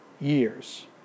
years